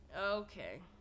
Okay